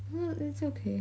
uh it's okay